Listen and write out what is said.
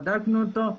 בדקנו אותו.